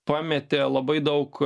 pametė labai daug